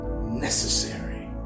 necessary